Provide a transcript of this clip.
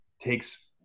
takes